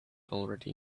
already